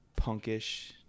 punkish